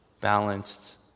balanced